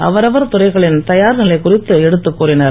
அவரவர் துறைகளின் தயார்நிலை குறித்து எடுத்துக் கூறினர்